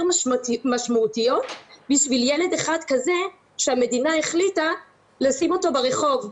משמעותיות בשביל ילד אחד כזה שהמדינה החליטה לשים אותו ברחוב.